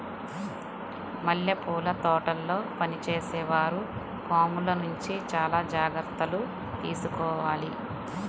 మల్లెపూల తోటల్లో పనిచేసే వారు పాముల నుంచి చాలా జాగ్రత్తలు తీసుకోవాలి